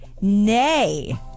nay